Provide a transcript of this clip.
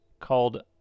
called